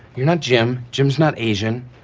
you're not jim. jim's not asian.